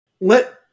let